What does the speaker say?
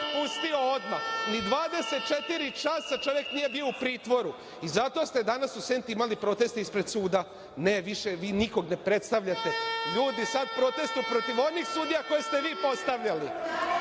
pustio odmah. Ni 24 časa čovek nije bio u pritvoru i zato ste danas u Senti imali protest ispred suda. Ne, više nikog vi ne predstavljate. Ljudi sada protestuju protiv onih sudija koje ste vi postavljali. Šta